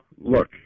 look